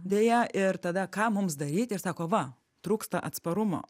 deja ir tada ką mums daryti ir sako va trūksta atsparumo